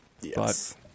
Yes